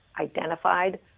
identified